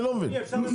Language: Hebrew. לא, רגע.